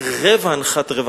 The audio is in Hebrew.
רבע אנחת רווחה.